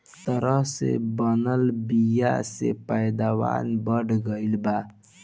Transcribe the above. तरह से बनल बीया से पैदावार बढ़ गईल बा